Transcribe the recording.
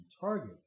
target